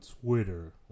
Twitter